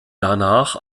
danach